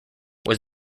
was